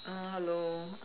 hello